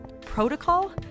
protocol